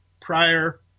prior